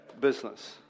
business